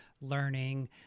learning